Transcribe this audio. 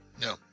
no